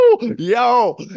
yo